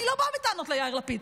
אני לא באה בטענות ליאיר לפיד.